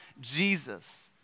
Jesus